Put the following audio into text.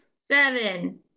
Seven